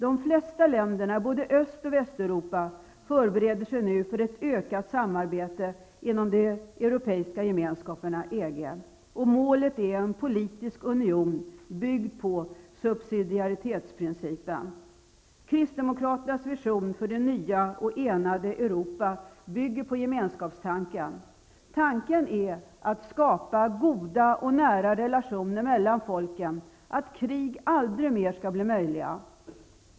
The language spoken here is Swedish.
De flesta länderna i både Öst och Västeuropa förbereder sig nu för ett ökat samarbete inom de Europeiska gemenskaperna, EG. Målet är en politisk union, byggd på subsidiaritetsprincipen. Kristdemokraternas vision för det nya och enade Europa bygger på gemenskapstanken. Tanken är att skapa så goda och nära relationer mellan folken att krig aldrig mer skall bli möjliga.